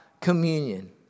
communion